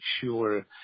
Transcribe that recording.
sure